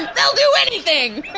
they'll do anything!